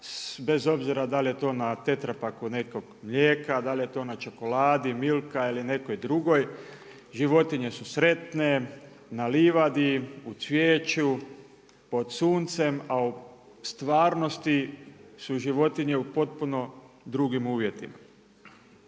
bez obzira da li je to na tetrapaku nekog mlijeka, da li je to na čokoladi milka ili nekoj drugoj, životinje su sretne, na livadi, u cvijeću pod suncem a u stvarnosti su životinje u potpuno drugim uvjetima.